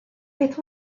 beth